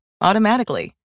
automatically